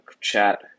chat